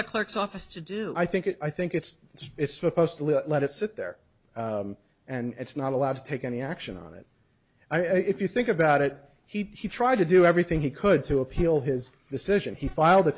a clerk's office to do i think it i think it's it's it's supposed to let it sit there and it's not allowed to take any action on it i e if you think about it he tried to do everything he could to appeal his decision he filed the